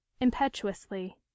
impetuously